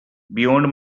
beyond